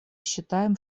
считаем